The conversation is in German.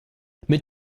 mit